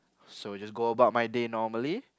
so I just go about my day normally